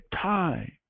time